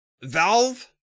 Valve